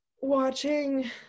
watching